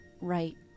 right